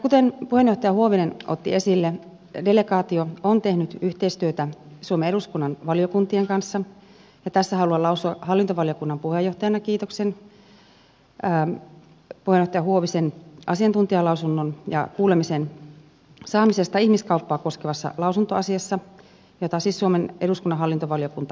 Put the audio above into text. kuten puheenjohtaja huovinen otti esille delegaatio on tehnyt yhteistyötä suomen eduskunnan valiokuntien kanssa ja tässä haluan lausua hallintovaliokunnan puheenjohtajana kiitoksen puheenjohtaja huovisen asiantuntijalausunnon ja kuulemisen saamisesta ihmiskauppaa koskevassa lausuntoasiassa jota siis suomen eduskunnan hallintovaliokunta käsitteli